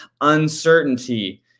uncertainty